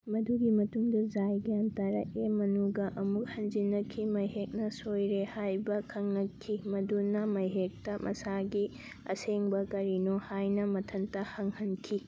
ꯃꯗꯨꯒꯤ ꯃꯇꯨꯡꯗ ꯖꯥꯏ ꯒ꯭ꯌꯥꯟ ꯇꯥꯔꯛꯑꯦ ꯃꯅꯨꯒ ꯑꯃꯨꯛ ꯍꯟꯖꯤꯟꯅꯈꯤ ꯃꯍꯦꯛꯅ ꯁꯣꯏꯔꯦ ꯍꯥꯏꯕ ꯈꯪꯂꯛꯈꯤ ꯃꯗꯨꯅ ꯃꯍꯦꯛꯇ ꯃꯁꯥꯒꯤ ꯑꯁꯦꯡꯕ ꯀꯔꯤꯅꯣ ꯍꯥꯏꯅ ꯃꯊꯟꯇ ꯍꯪꯍꯟꯈꯤ